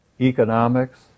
economics